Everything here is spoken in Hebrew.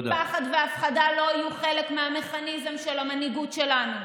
פחד והפחדה לא יהיו חלק מהמכניזם של המנהיגות שלנו.